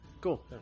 Cool